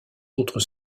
autres